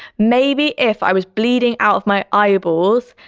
maybe if i was bleeding out of my eyeballs,